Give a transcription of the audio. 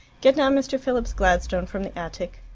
get down mr. philip's gladstone from the attic.